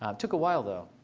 um took a while, though.